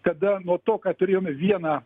kada nuo to kad turėjom vieną